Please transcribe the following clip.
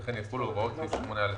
וכן יחולו הוראות סעיף 8(א1),